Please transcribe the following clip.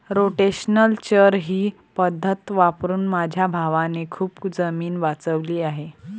rotational चर ही पद्धत वापरून माझ्या भावाने खूप जमीन वाचवली आहे